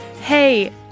Hey